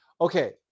Okay